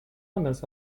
runners